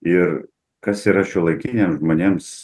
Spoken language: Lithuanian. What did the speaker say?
ir kas yra šiuolaikiniam žmonėms